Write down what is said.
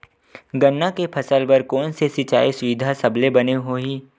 गन्ना के फसल बर कोन से सिचाई सुविधा सबले बने होही?